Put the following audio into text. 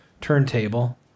turntable